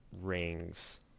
rings